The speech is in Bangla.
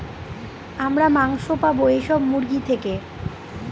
আমরা মাংস পাবো এইসব মুরগি থেকে